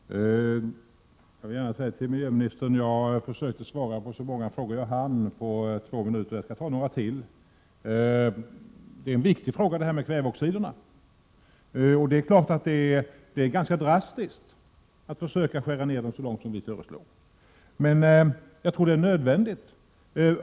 Fru talman! Jag vill gärna säga till miljöministern att jag svarade på så många frågor som jag hann med på två minuter. Jag skall svara på ytterligare några frågor. Frågan om kväveoxiden är viktig. Det är klart att det är ganska drastiskt att försöka skära ner kväveoxidutsläppen så mycket som vi föreslår. Jag tror emellertid att det är nödvändigt.